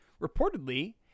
Reportedly